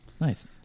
Nice